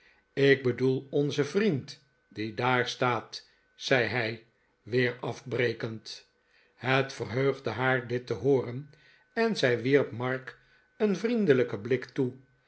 ik bedoel onzen vriend die daar staat zei hij weer afbrekend het verheugde haar dit te hooren en zij wierp mark een vriendelijken blik toe